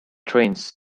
trains